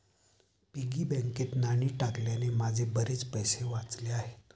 piggy बँकेत नाणी टाकल्याने माझे बरेच पैसे वाचले आहेत